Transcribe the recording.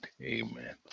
amen